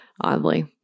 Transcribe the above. oddly